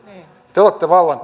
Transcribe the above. te te otatte vallan